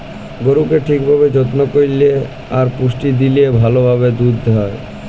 গরুকে ঠিক ভাবে যত্ন করল্যে আর পুষ্টি দিলে ভাল ভাবে দুধ হ্যয়